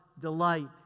delight